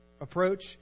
approach